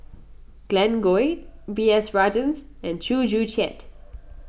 Glen Goei B S Rajhans and Chew Joo Chiat